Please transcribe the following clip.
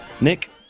Nick